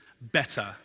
better